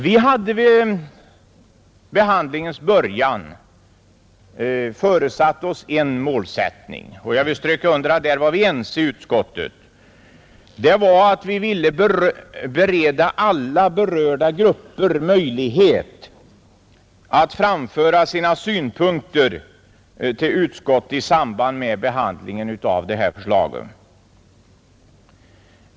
Vi hade vid behandlingens början satt upp en målsättning — och jag vill understryka att vi var ense om den i utskottet — nämligen att bereda alla berörda grupper möjlighet att framföra sina synpunkter till utskottet.